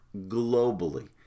globally